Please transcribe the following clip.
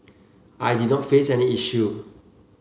I did not face any issue